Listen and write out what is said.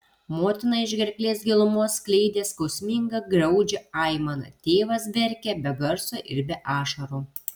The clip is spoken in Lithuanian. motina iš gerklės gilumos skleidė skausmingą graudžią aimaną tėvas verkė be garso ir be ašarų